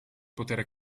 potere